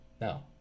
No